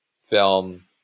film